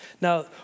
Now